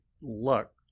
luck